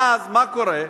ואז מה קורה?